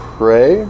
pray